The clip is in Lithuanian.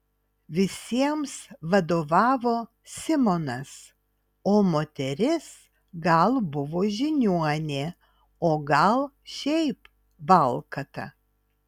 visiems vadovavo simonas o moteris gal buvo žiniuonė o gal šiaip valkata